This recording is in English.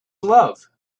love